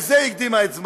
בזה היא הקדימה את זמנה.